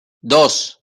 dos